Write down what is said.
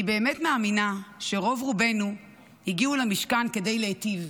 אני באמת מאמינה שרוב רובנו הגיעו למשכן כדי להיטיב,